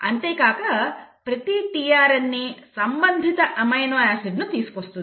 అంతేకాక ప్రతి tRNA సంబంధిత అమైనో ఆమ్లాన్ని తీసుకువస్తుంది